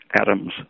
atoms